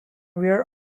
where